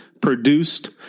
produced